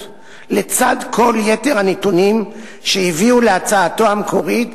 לצד כל יתר הנתונים שהביאו להצעתו המקורית,